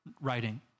writing